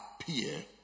appear